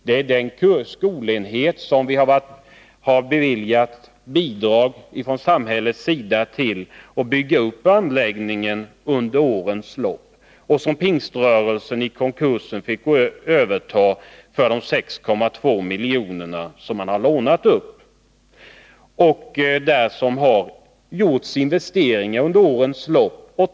Det är den skolenhet som vi från samhällets sida beviljat bidrag till för uppförande av anläggningen som Pingströrelsen i samband med konkursen 1978 fick överta för de 6,2 milj.kr. som man lånade upp. Det har under årens lopp gjorts stora investeringar i skolanläggningen.